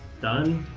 done,